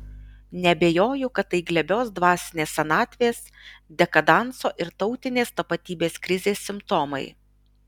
neabejoju kad tai glebios dvasinės senatvės dekadanso ir tautinės tapatybės krizės simptomai